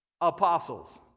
Apostles